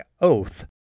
Oath